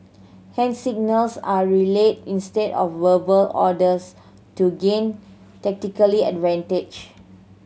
hand signals are relayed instead of verbal orders to gain tactically advantage